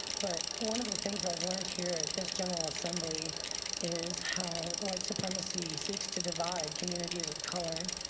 but one of the things i've learned here at this general assembly is how white supremacy seeks to divide communities of color.